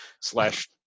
slash